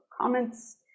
comments